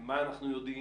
מה אנחנו יודעים?